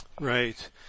Right